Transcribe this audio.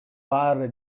баары